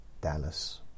Dallas